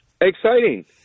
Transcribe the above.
Exciting